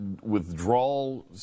withdrawal